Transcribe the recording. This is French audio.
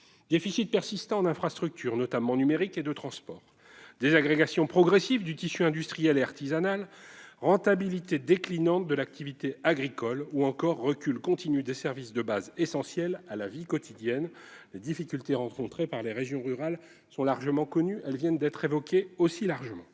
Déficit persistant en infrastructures, notamment numériques et de transports, désagrégation progressive du tissu industriel et artisanal, rentabilité déclinante de l'activité agricole, ou encore recul continu des services de base essentiels à la vie quotidienne : les difficultés rencontrées par les régions rurales sont largement connues. À cette érosion des chances et